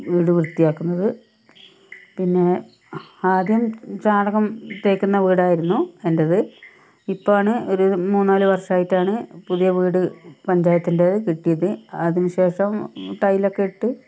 വീട് വ്യത്തിയാക്കുന്നത് പിന്നെ ആദ്യം ചാണകം തേക്കുന്ന വീടായിരുന്നു എന്റേത് ഇപ്പോഴാണ് ഒരു മൂന്ന് നാല് വര്ഷമായിട്ട് ആണ് പുതിയ വീട് പഞ്ചായത്തിന്റേത് കിട്ടിയത് അതിനു ശേഷം ടൈല് ഒക്കെ ഇട്ട്